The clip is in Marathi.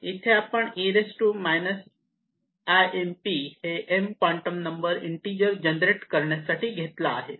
इथे आपण e imφ हे m हा क्वांटम नंबर इन्टिजर जनरेट करण्यासाठी घेतला आहे